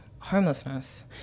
Homelessness